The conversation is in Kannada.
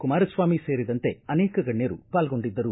ಕುಮಾರಸ್ವಾಮಿ ಸೇರಿದಂತೆ ಅನೇಕ ಗಣ್ಯರು ಪಾಲ್ಗೊಂಡಿದ್ದರು